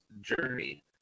journey